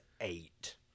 eight